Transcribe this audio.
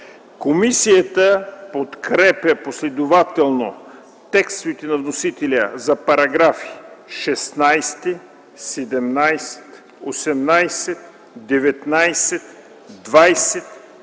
Комисията подкрепя последователно текстовете на вносителя за параграфи 16, 17, 18, 19, 20